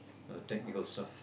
technical stuff